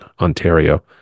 Ontario